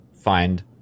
find